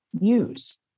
use